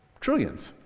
trillions